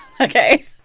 Okay